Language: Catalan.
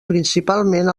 principalment